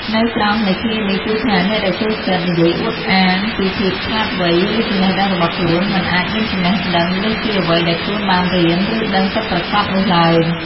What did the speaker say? ន័យត្រង់នៃឃ្លានេះគឺថា អ្នកដែលចូលចិត្តនិយាយអួតអាងពីភាពឆ្លាតវៃ ឬចំណេះដឹងរបស់ខ្លួន មិនអាចមានចំណេះដឹងលើសពីអ្វីដែលខ្លួនបានរៀន ឬដឹងពិតប្រាកដនោះឡើយ។